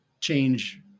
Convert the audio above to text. change